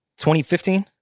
2015